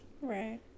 Right